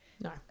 No